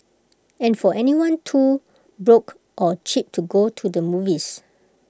and for anyone too broke or cheap to go to the movies